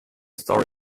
story